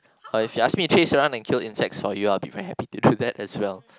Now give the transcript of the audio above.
but if you ask me to chase around and kill insects for you all be very happy to do that as well